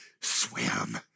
swim